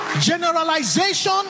Generalization